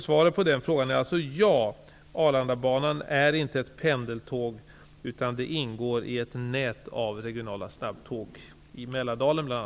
Svaret på frågan är ja.